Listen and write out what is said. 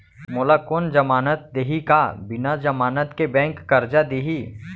मोला कोन जमानत देहि का बिना जमानत के बैंक करजा दे दिही?